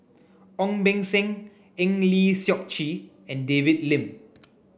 Ong Beng Seng Eng Lee Seok Chee and David Lim